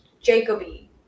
jacoby